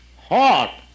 hot